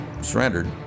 surrendered